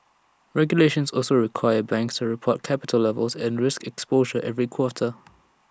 regulations also require banks to report capital levels and risk exposure every quarter